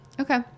Okay